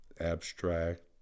Abstract